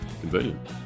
convenient